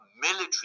military